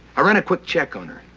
i ran a quick check on her,